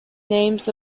names